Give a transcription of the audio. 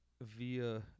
via